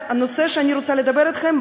הנושא שעליו אני רוצה לדבר אתכם,